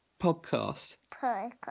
Podcast